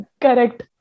Correct